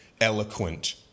eloquent